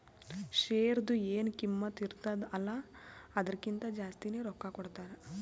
ಶೇರ್ದು ಎನ್ ಕಿಮ್ಮತ್ ಇರ್ತುದ ಅಲ್ಲಾ ಅದುರ್ಕಿಂತಾ ಜಾಸ್ತಿನೆ ರೊಕ್ಕಾ ಕೊಡ್ತಾರ್